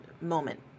moment